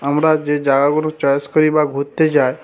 আমরা যে জায়গাগুলো চয়েস করি বা ঘুরতে যাই